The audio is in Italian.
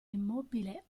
immobile